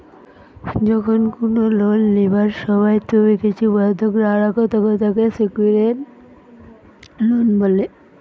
যখন কুনো লোন লিবার সময় তুমি কিছু বন্ধক না রাখো, তখন তাকে সেক্যুরড লোন বলে